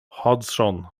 hodgson